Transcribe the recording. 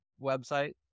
website